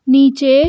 नीचे